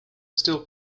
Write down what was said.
still